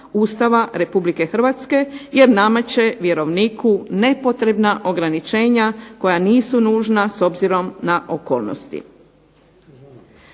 Ustava Republike Hrvatske jer nameće vjerovniku nepotrebna ograničenja koja nisu nužna s obzirom na okolnosti.